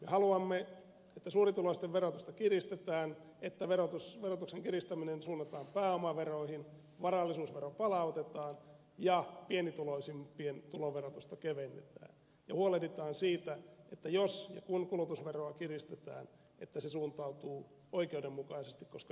haluamme että suurituloisten verotusta kiristetään että verotuksen kiristäminen suunnataan pääomaveroihin varallisuusvero palautetaan ja pienituloisimpien tuloverotusta kevennetään ja huolehditaan siitä että jos ja kun kulutusveroa kiristetään se suuntautuu oikeudenmukaisesti koska sekin on mahdollista